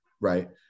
Right